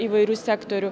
įvairių sektorių